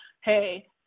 hey